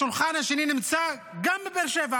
גם השולחן השני נמצא בבאר שבע,